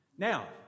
Now